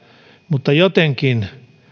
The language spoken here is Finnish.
mutta jotenkin